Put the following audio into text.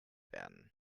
werden